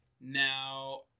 Now